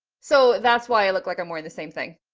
so that's why i look like i'm wearing the same thing.